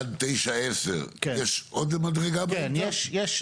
עד תשע עשר, יש עוד מדרגה באמצע?